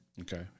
Okay